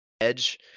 edge